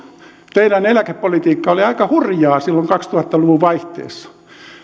teidän eläkepolitiikkanne oli aika hurjaa silloin kaksituhatta luvun vaihteessa